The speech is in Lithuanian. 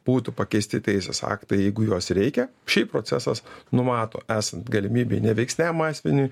būtų pakeisti teisės aktai jeigu juos reikia šiaip procesas numato esant galimybei neveiksniam asmeniui